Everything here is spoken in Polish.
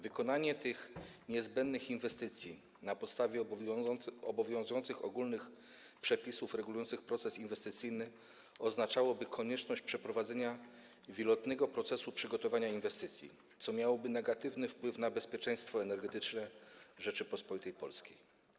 Wykonanie tych niezbędnych inwestycji na podstawie obowiązujących ogólnych przepisów regulujących proces inwestycyjny oznaczałoby konieczność przeprowadzenia wieloletniego procesu przygotowania inwestycji, co miałoby negatywny wpływ na bezpieczeństwo energetyczne Rzeczypospolitej Polskiej.